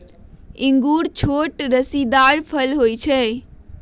इंगूर छोट रसीदार फल होइ छइ